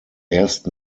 erst